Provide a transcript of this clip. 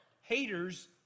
Haters